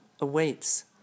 awaits